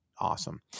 awesome